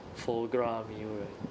foie gras meal right